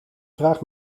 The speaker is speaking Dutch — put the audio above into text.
vraag